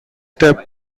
step